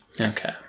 Okay